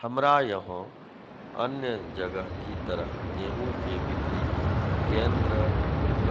हमरा यहाँ अन्य जगह की तरह गेहूँ के बिक्री केन्द्रऽक